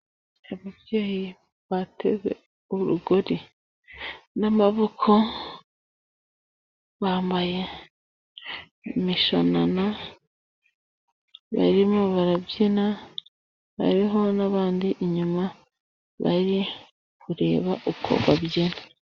Ababyeyi bateze urugori n'amaboko, bambaye imishanana, barimo barabyina, bariho n'abandi inyuma bari kureba uko babyina.